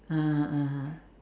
(uh huh) (uh huh)